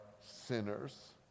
sinners